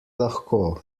lahko